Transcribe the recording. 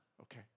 okay